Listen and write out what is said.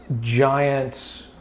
giant